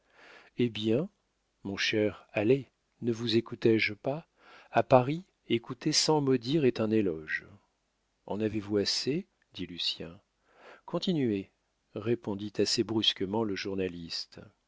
eh bien mon cher allez ne vous écouté je pas a paris écouter sans mot dire est un éloge en avez-vous assez dit lucien continuez répondit assez brusquement le journaliste